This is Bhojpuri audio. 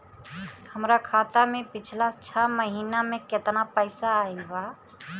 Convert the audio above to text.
हमरा खाता मे पिछला छह महीना मे केतना पैसा आईल बा?